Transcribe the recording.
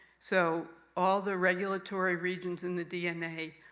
so, all the regulatory regions in the dna,